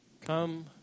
come